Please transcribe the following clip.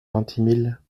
vintimille